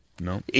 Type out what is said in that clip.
No